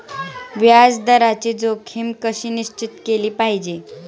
व्याज दराची जोखीम कशी निश्चित केली पाहिजे